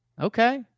Okay